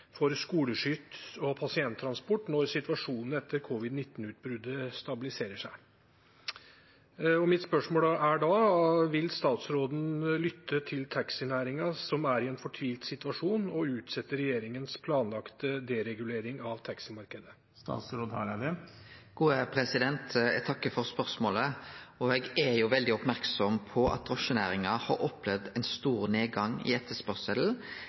for skoleskyss og pasienttransport, når situasjonen etter covid-19-utbruddet stabiliserer seg. Vil statsråden lytte til taxinæringa som er i en fortvilt situasjon, og utsette regjeringens planlagte deregulering av taximarkedet?» Eg takkar for spørsmålet, og eg er veldig merksam på at drosjenæringa har opplevd ein stor nedgang i